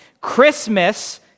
Christmas